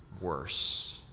worse